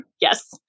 Yes